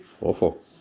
Awful